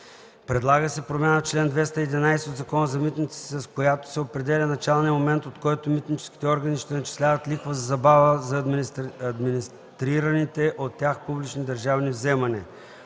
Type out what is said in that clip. предлага се промяна в чл. 211 от Закона за митниците, с която се определя началният момент, от който митническите органи ще начисляват лихва за забава за администрираните от тях публични държавни вземания.